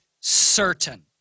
certain